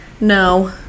No